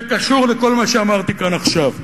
בקשור לכל מה שאמרתי כאן עכשיו,